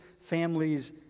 families